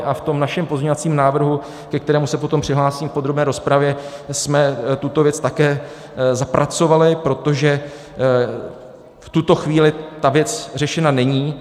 A v našem pozměňovacím návrhu, ke kterému se potom přihlásím v podrobné rozpravě, jsme tuto věc také zapracovali, protože v tuto chvíli ta věc řešena není.